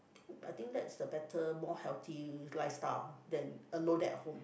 I think that's a better more healthy lifestyle than alone at home